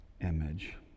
image